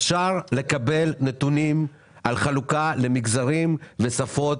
אפשר לקבל נתונים על חלוקה למגזרים ושפות,